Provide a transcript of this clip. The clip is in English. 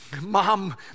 Mom